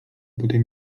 potem